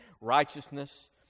righteousness